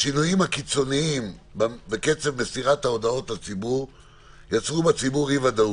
השינויים הקיצוניים וקצב מסירת ההודעות לציבור יצרו בציבור אי-ודאות,